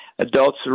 adults